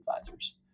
advisors